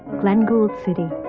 glenn gould's city,